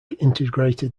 integrated